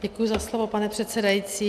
Děkuji za slovo, pane předsedající.